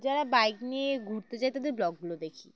যারা বাইক নিয়ে ঘুরতে যায় তাদের ব্লগগুলো দেখি